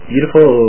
Beautiful